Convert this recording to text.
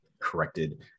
corrected